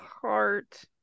heart